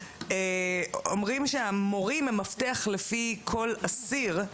אומרים שהמורים הם מפתח לפי כל אסיר,